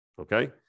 okay